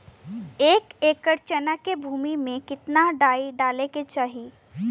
एक एकड़ चना के भूमि में कितना डाई डाले के चाही?